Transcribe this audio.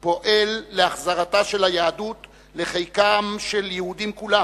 פועל להחזרתה של היהדות לחיקם של היהודים כולם